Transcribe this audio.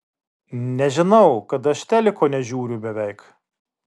nežinau kad aš teliko nežiūriu beveik